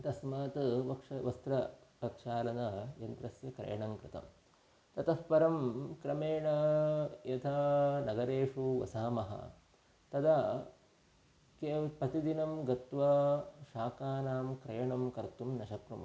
तस्मात् वक्षः वस्त्रप्रक्षालनयन्त्रस्य क्रयणं कृतं ततःपरं क्रमेण यथा नगरेषु वसामः तदा इत्येव प्रतिदिनं गत्वा शाकानां क्रयणं कर्तुं न शक्नुमः